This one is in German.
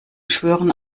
schwören